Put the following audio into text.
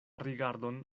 rigardon